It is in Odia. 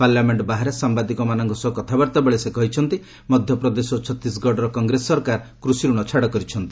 ପାର୍ଲାମେଣ୍ଟ ବାହାରେ ସାମ୍ବାଦିକମାନଙ୍କ ସହ କଥାବାର୍ତ୍ତା ବେଳେ ସେ କହିଛନ୍ତି ମଧ୍ୟପ୍ରଦେଶ ଓ ଛତିଶଗଡ଼ର କଂଗ୍ରେସ ସରକାର କୃଷି ଋଣ ଛାଡ଼ କରିଛନ୍ତି